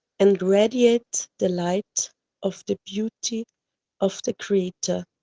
and radiate the light of the beauty of the creator,